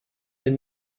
est